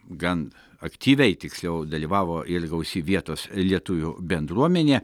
gan aktyviai tiksliau dalyvavo ir gausi vietos lietuvių bendruomenė